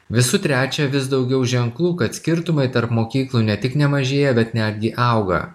visų trečia vis daugiau ženklų kad skirtumai tarp mokyklų ne tik nemažėja bet netgi auga